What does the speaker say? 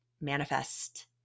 manifest